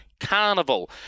carnival